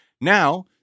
now-